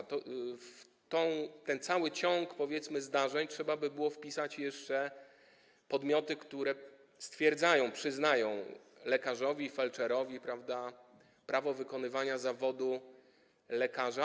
W ten cały ciąg - powiedzmy - zdarzeń trzeba by było wpisać jeszcze podmioty, które stwierdzają, przyznają lekarzowi, felczerowi, prawda, prawo wykonywania zawodu lekarza.